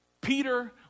Peter